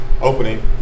opening